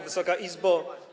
Wysoka Izbo!